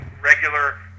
regular